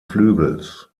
flügels